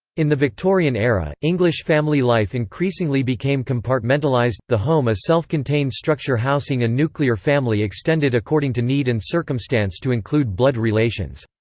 in the victorian era, english family life increasingly became compartmentalised, the home a self-contained structure housing a nuclear family extended according to need and circumstance to include blood relations.